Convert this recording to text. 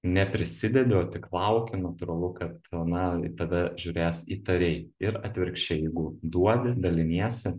neprisidedi o tik lauki natūralu kad na į tave žiūrės įtariai ir atvirkščiai jeigu duodi daliniesi